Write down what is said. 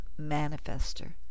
manifester